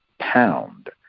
pound